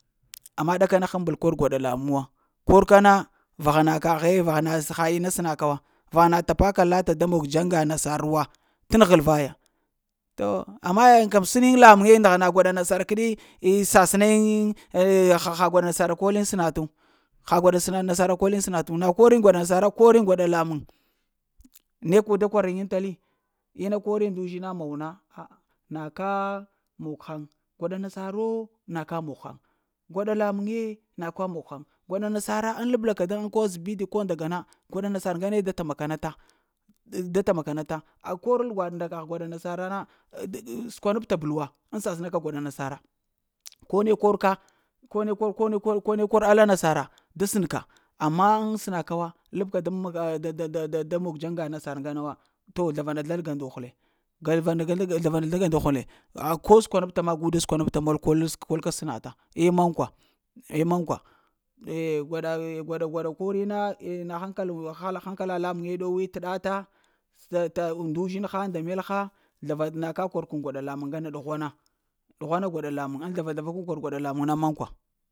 Amma ɗakana na həmbol kor gwaɗa lamuŋ wa kor ka na vana ka he vahana ina səna ka wa. Vaha na tapaka lata da mog dzaŋga nasar wa ta nəhel vaya, to, ama yayiŋ kəm sən yiŋ lamuŋe da hana gwaɗa nasar kəɗi sasna yin ba ha gwaɗa nasar kol yiŋ snatawa, ha gwaɗa nasar kol yiŋ snatawa na kor yiŋ gwaɗa nasara kor yiŋ gwaɗa lamuŋ ne da kwaranta li. inna kori ndu uzhina muwa na ha na ka mug haŋ gwaɗa nasaro na ka mog haŋ, gwaɗa lamuŋ we na ka mog haŋ. Gwaɗa nasar ŋ labla ka daŋ səbita ko gndaga na gwaɗa nasar ŋgane da tama ka nata da tama ka nata a korel nda kagh gwaɗa nasara na na səkwa nabta belwa ŋ sasna ka gwaɗa nasara. Kone kor ka kone kor kone-kone kor ala nasara da sənka. Amma ŋ səna ka wa labka da mon-da-da-da-da mog mog dzaŋga nasar ŋgana wa to zlavana-zlal ga ndu hule ga ra na zlal ga nduhule, a ho skwanapta ma gu da skwa napta mol kol ka sənata eh mankwa, eh mankwa eh gwaɗa-gwaɗa-gwaɗa korina eh na hankal hala hankala lamuŋe ɗowi t’ ɗata ta-ta nduzhinha nda melha zlar na ka kor kun gwaɗa lamuŋ ngane ɗughwana, ɗughwana kor gwaɗa lamuŋ na mankwa.